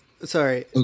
Sorry